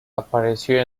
apareció